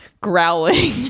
growling